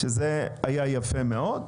זה היה יפה מאוד,